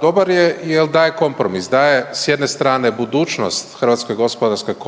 dobar je jel daje kompromis, daje s jedne strane budućnost HGK